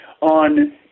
on